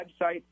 website